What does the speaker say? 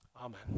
Amen